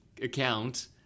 Account